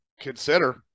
consider